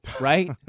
right